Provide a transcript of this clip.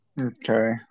Okay